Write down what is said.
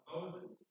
Moses